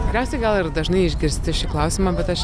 tikriausiai gal ir dažnai išgirsti šį klausimą bet aš